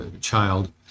child